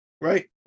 right